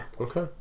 Okay